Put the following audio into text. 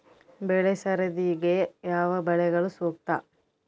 ಬೆಳೆ ಸರದಿಗೆ ಯಾವ ಬೆಳೆಗಳು ಸೂಕ್ತ?